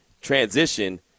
transition